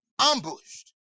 ambushed